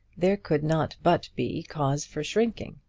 there could not but be cause for shrinking.